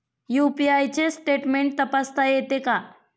UPI चे statement तपासता येते का?